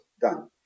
done